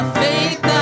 faith